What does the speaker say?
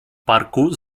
parku